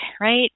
right